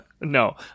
No